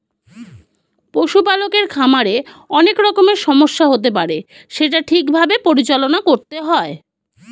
পশু পালকের খামারে অনেক রকমের সমস্যা হতে পারে সেটা ঠিক ভাবে পরিচালনা করতে হয়